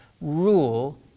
rule